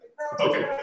Okay